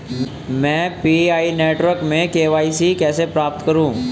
मैं Pi network में KYC कैसे प्राप्त करूँ?